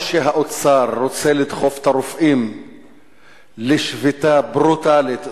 או שהאוצר רוצה לדחוף את הרופאים לשביתה ברוטלית,